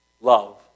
Love